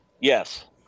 Yes